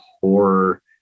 horror